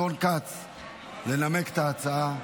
לנמק את ההצעה.